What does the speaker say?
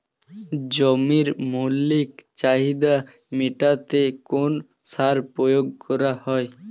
জমির মৌলিক চাহিদা মেটাতে কোন সার প্রয়োগ করা হয়?